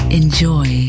enjoy